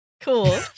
Cool